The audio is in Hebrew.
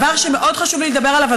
דבר שמאוד חשוב לי לדבר עליו,